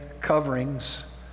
coverings